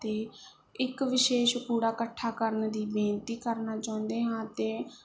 ਅਤੇ ਇੱਕ ਵਿਸ਼ੇਸ਼ ਕੂੜਾ ਇਕੱਠਾ ਕਰਨ ਦੀ ਬੇਨਤੀ ਕਰਨਾ ਚਾਹੁੰਦੇ ਹਾਂ ਅਤੇ